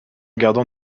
gardant